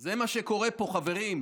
זה מה שקורה פה, חברים,